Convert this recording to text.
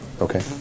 Okay